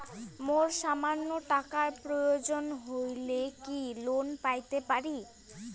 মোর সামান্য টাকার প্রয়োজন হইলে কি লোন পাইতে পারি?